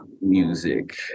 music